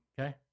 Okay